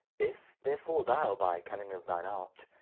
if, therefore, thou, by cunning of thine art,